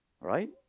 Right